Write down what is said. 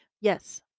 Yes